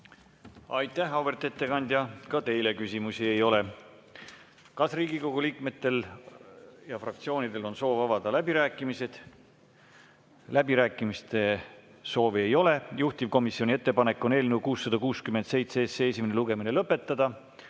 Aitäh, auväärt ettekandja! Ka teile küsimusi ei ole. Kas Riigikogu liikmetel ja fraktsioonidel on soov avada läbirääkimised? Läbirääkimiste soovi ei ole. Juhtivkomisjoni ettepanek on eelnõu 667 esimene lugemine lõpetada.